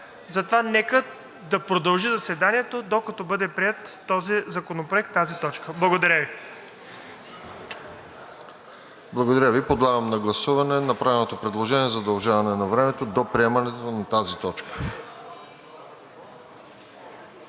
затова нека да продължи заседанието, докато бъде приет този законопроект, тази точка. Благодаря Ви. ПРЕДСЕДАТЕЛ РОСЕН ЖЕЛЯЗКОВ: Благодаря Ви. Подлагам на гласуване направеното предложение за удължаване на времето до приемането на тази точка.